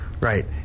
right